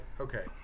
Okay